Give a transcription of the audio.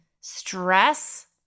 stress